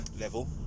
level